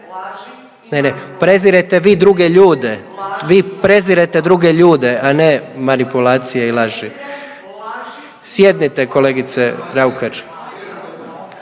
Ne, ne prezirete vi druge ljude, vi prezirete druge ljude, a ne manipulacije i laži. …/Upadica